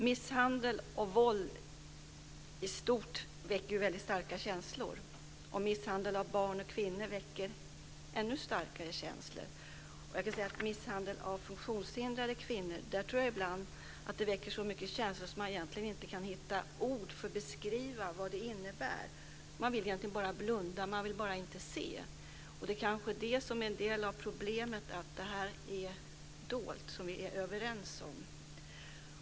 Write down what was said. Misshandel och våld i stort väcker ju väldigt starka känslor, och misshandel av barn och kvinnor väcker ännu starkare känslor. Misshandel av funktionshindrade kvinnor tror jag ibland väcker så mycket känslor att man inte kan hitta ord för att beskriva vad det innebär. Man vill egentligen bara blunda. Man vill bara inte se. Det kanske är det som är en del av problemet; att det här är dolt. Det är vi överens om.